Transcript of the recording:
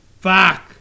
fuck